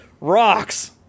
rocks